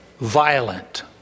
violent